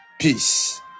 Peace